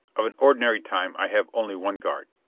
of an ordinary time i have only one guard.